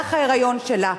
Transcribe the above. במהלך ההיריון שלה,